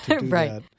Right